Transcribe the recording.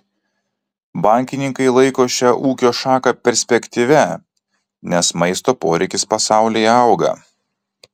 bankininkai laiko šią ūkio šaką perspektyvia nes maisto poreikis pasaulyje auga